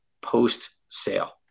post-sale